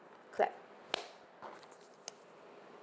clap